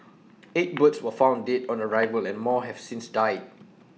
eight birds were found dead on arrival and more have since died